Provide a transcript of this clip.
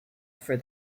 for